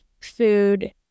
food